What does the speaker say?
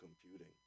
computing